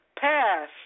pass